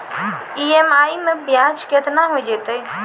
EMI मैं ब्याज केतना हो जयतै?